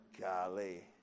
Golly